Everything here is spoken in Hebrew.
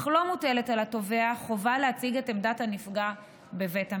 אך לא מוטלת על התובע חובה להציג את עמדת הנפגע בבית המשפט.